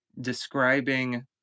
describing